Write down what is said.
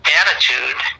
attitude